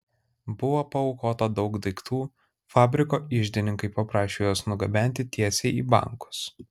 buvo paaukota daug daiktų fabriko iždininkai paprašė juos nugabenti tiesiai į bankus